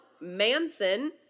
manson